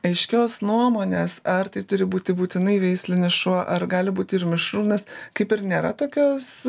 aiškios nuomonės ar tai turi būti būtinai veislinis šuo ar gali būti ir mišrūnas kaip ir nėra tokios